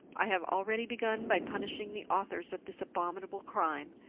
i have already begun by punishing the authors of this abominable crime,